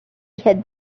had